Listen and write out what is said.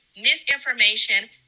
misinformation